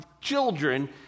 children